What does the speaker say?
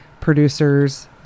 producers